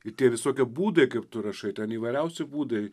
i tie visokie būdai kaip tu rašai ten įvairiausi būdai